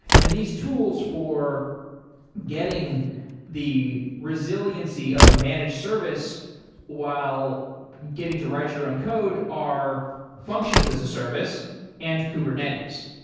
and these tools for getting the resiliency of a managed service while getting to write your own code are functions as a service and kubernetes.